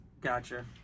Gotcha